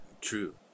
True